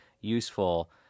useful